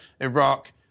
Iraq